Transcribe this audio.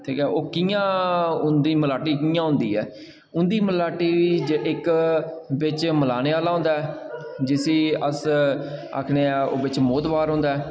ओह् कि'यां उं'दी मलाटी कि'यां होंदी ऐ उं'दी मलाटी बिच्च इक्क मलाने आह्ला होंदा ऐ जिस्सी अस आक्खने आं ओह् बिच्च मोह्तबर होंदा ऐ